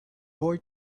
boy